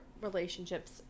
relationships